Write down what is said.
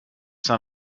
son